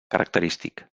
característic